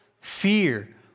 fear